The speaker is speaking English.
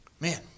Man